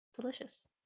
Delicious